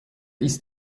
ist